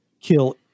kill